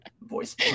voice